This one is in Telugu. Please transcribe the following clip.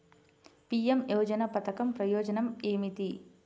పీ.ఎం యోజన పధకం ప్రయోజనం ఏమితి?